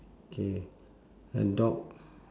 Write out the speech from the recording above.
K the dog